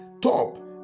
Top